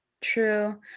True